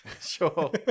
Sure